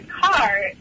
car